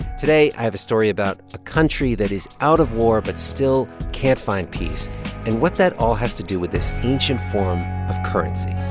today i have a story about a country that is out of war but still can't find peace and what that all has to do with this ancient form of currency